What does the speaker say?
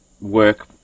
work